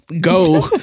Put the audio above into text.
go